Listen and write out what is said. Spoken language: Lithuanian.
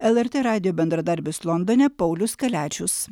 lrt radijo bendradarbis londone paulius kaliačius